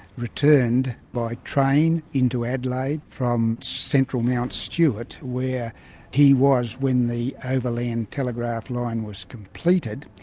returned by train into adelaide from central mount stewart where he was when the overland telegraph line was completed,